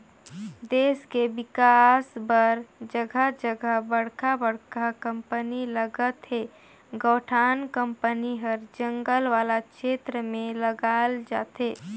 देस के बिकास बर जघा जघा बड़का बड़का कंपनी लगत हे, कयोठन कंपनी हर जंगल वाला छेत्र में लगाल जाथे